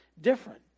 different